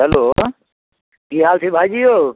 hello की हाल छै भाइजी यौ